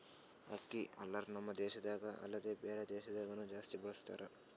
ಅಕ್ಕಿ ಹಲ್ಲರ್ ನಮ್ ದೇಶದಾಗ ಅಲ್ದೆ ಬ್ಯಾರೆ ದೇಶದಾಗನು ಜಾಸ್ತಿ ಬಳಸತಾರ್